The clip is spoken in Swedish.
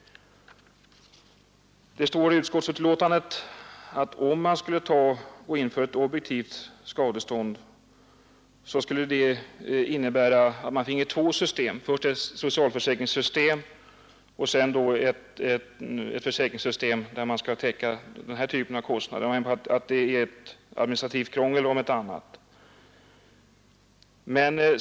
Det uttalas i utskottsbetänkandet att en övergång till ett objektivt skadeståndsansvar skulle innebära att man finge två system, dels ett socialförsäkringssystem, dels ett försäkringssystem som skall täcka denna typ av kostnader. Man menar att detta om inte annat är administrativt krångligt.